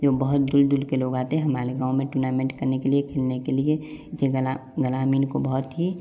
जो बहुत दूर दूर के लोग आते है हमाले गाँव में टूनामेंट करने के लिए खेलने के लिए जेगला ग्रामीण को बहुत ही